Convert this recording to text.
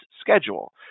schedule